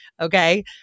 Okay